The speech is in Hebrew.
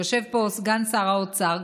ויושב פה סגן שר האוצר,